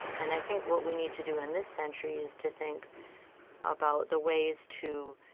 and i think what we need to do in this century, is to think about the ways to,